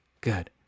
good